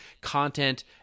content –